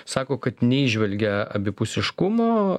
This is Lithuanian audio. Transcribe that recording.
sako kad neįžvelgia abipusiškumo